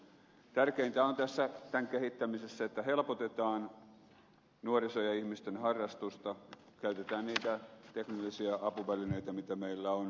tärkeintä tämän kehittämisessä on että helpotetaan nuorison ja ihmisten harrastusta käytetään niitä teknisiä apuvälineitä hyödyksi mitä meillä on